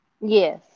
Yes